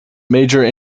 major